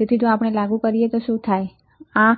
તેથી જો આપણે લાગુ કરીએ તો શું જોઈએ